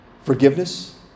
forgiveness